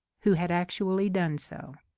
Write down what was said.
who had actually done so.